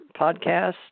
podcast